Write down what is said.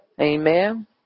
Amen